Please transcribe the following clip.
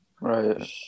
right